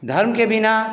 धर्म के बिना